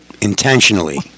intentionally